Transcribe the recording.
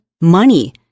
money